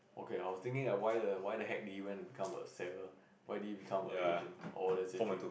okay I was thinking like why the why the heck did he even become a seller why did he become a agent or that's actually